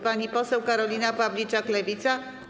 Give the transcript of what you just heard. Pani poseł Karolina Pawliczak, Lewica.